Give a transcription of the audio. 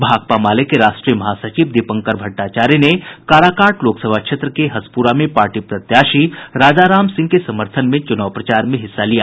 भाकपा माले के राष्ट्रीय महासचिव दीपंकर भट्टाचार्य ने काराकाट लोकसभा क्षेत्र के हसपुरा में पार्टी प्रत्याशी राजा राम सिंह के समर्थन में चुनाव प्रचार में हिस्सा लिया